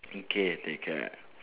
mm K take care